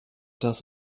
das